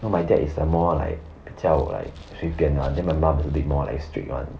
you know my dad is the more like 比较 like 随便 ah then my mum is a bit more like strict one